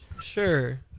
Sure